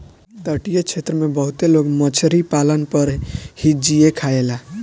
तटीय क्षेत्र में बहुते लोग मछरी पालन पर ही जिए खायेला